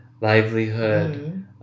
livelihood